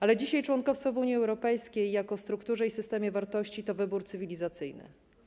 Ale dzisiaj członkostwo w Unii Europejskiej jako strukturze i systemie wartości to wybór cywilizacyjny.